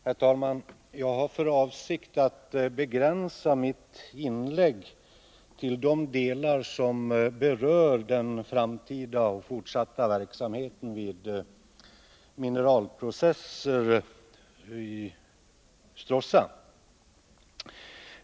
Herr talman! Jag har för avsikt att begränsa mitt inlägg till de delar som berör den framtida och fortsatta verksamheten vid Mineralprocesser AB i Stråssa.